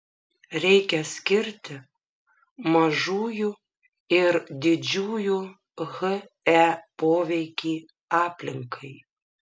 reikia skirti mažųjų ir didžiųjų he poveikį aplinkai